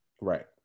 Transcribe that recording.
Right